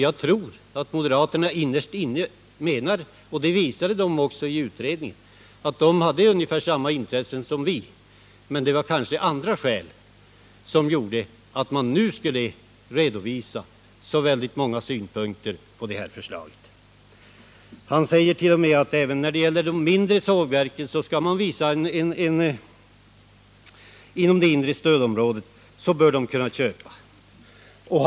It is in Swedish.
Jag tror att moderaterna innerst inne — och det visade de också i utredningen — har ungefär samma intressen som vi, men det finns kanske andra skäl som gjort att de nu har velat redovisa så väldigt många synpunkter på lagförslaget. Även de mindre sågverken inom inre stödområdet bör kunna köpa mark, sade Hans Wachtmeister vidare.